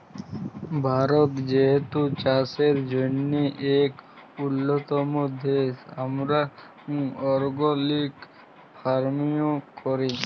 ভারত যেহেতু চাষের জ্যনহে ইক উল্যতম দ্যাশ, আমরা অর্গ্যালিক ফার্মিংও ক্যরি